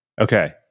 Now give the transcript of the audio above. Okay